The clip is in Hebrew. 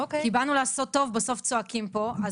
כי באנו לעשות טוב ובסוף צועקים פה.